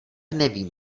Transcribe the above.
nevím